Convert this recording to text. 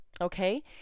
Okay